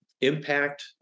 impact